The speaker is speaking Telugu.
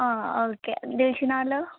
ఓకే దిల్షుక్నగర్లో